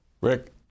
Rick